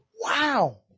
Wow